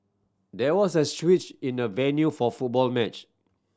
there was a switch in the venue for football match